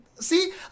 See